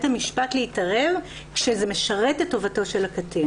המשפט להתערב כשזה משרת את טובתו של הקטין.